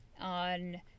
on